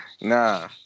Nah